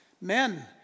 men